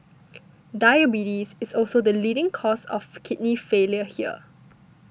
diabetes is also the leading cause of kidney failure here